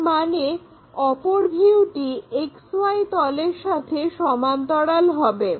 তার মানে অপর ভিউটি XY তলের সাথে সমান্তরাল হবে